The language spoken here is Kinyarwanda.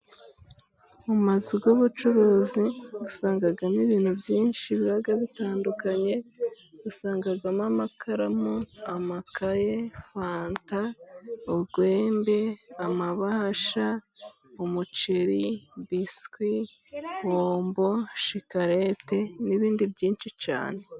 Mu mazu y'ubucuruzi usangamo ibintu byinshi biba bitandukanye. Usangagamo: amakaramu, amakaye, fanta ,urwembe ,amabahasha ,umuceri, bicuit, bombo, shikarete n'ibindi byinshi cyane.